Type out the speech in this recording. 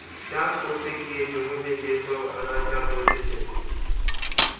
চাষ করতে গিয়ে জমিতে যে সব আগাছা বেরতিছে